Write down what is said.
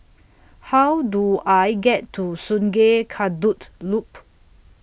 How Do I get to Sungei Kadut Loop